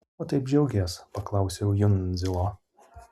ko taip džiaugies paklausiau jundzilo